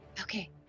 Okay